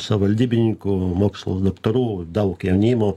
savaldybininkų mokslo daktarų daug jaunimo